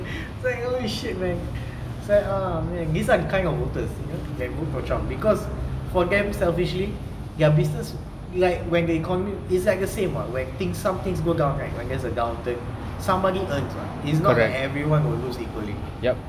it's like holy shit man it's like !aww! man these are the kind of voters that vote for trump because for them selfishly their business like when the economy is like the same what when somethings go down right when there's a down turn someone earns what it's not like everyone will lose equally